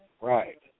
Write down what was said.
Right